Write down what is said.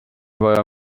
vaja